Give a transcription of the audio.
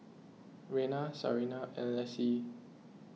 Rena Sarina and Lessie